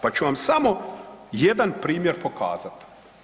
Pa ću vam samo jedan primjer pokazat.